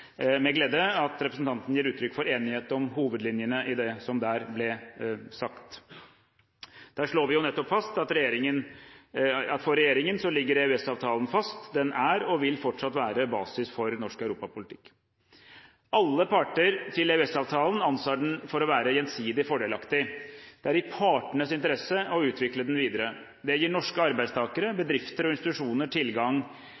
med glede at representanten gir uttrykk for enighet om hovedlinjene i det som der ble sagt. Der slår vi jo nettopp fast at for regjeringen ligger EØS-avtalen fast, den er og vil fortsatt være basis for norsk europapolitikk. Alle parter til EØS-avtalen anser den for å være gjensidig fordelaktig. Det er i partenes interesse å utvikle den videre. Den gir norske arbeidstakere,